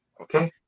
Okay